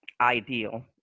ideal